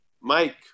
Mike